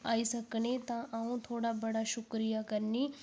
आई सकनें तां अ'ऊं थुआढ़ा बड़ा शुक्रिया करनीं